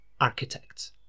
architect